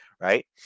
right